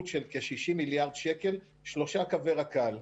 של כ-60 מיליארד שקלים שלושה קווי רכבת קלה.